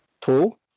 Two